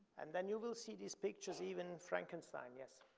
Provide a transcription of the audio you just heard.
and then you will see these pictures, even frankenstein, yes.